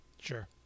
Sure